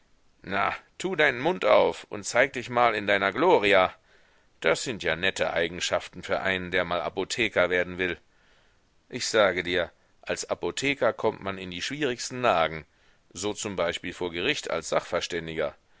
na tu deinen mund auf und zeig dich mal in deiner gloria das sind ja nette eigenschaften für einen der mal apotheker werden will ich sage dir als apotheker kommt man in die schwierigsten lagen so zum beispiel vor gericht als sachverständiger